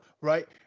right